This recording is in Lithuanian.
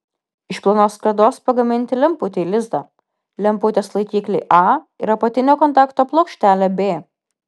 iš plonos skardos pagaminti lemputei lizdą lemputės laikiklį a ir apatinio kontakto plokštelę b